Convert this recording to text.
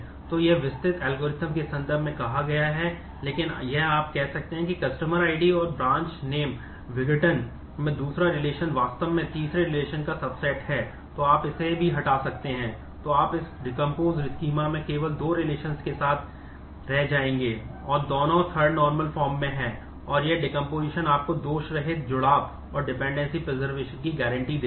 तो यह विस्तृत एल्गोरिथ्म की गारंटी देता है